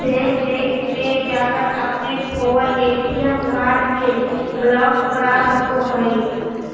bank में जाकर अपने खोवल ए.टी.एम कार्ड के ब्लॉक करा सको हइ